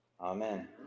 Amen